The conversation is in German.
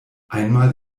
einmal